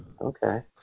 Okay